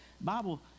Bible